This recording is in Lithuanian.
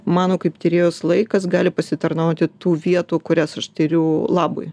mano kaip tyrėjos laikas gali pasitarnauti tų vietų kurias aš tiriu labui